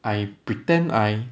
I pretend I